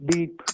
Deep